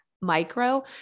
micro